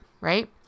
right